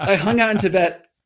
i hanged out in tibet.